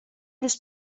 els